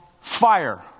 fire